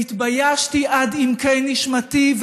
והתביישתי עד עמקי נשמתי,